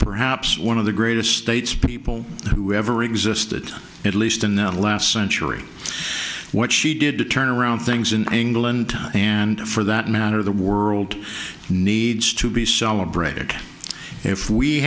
perhaps one of the greatest states people who ever existed at least in the last century what she we did to turn around things in england and for that matter the world needs to be celebrated if we